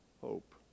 hope